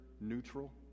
neutral